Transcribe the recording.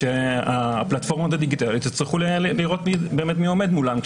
הפלטפורמות הדיגיטליות יצטרכו לראות מי עומד מולן,